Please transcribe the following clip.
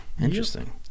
Interesting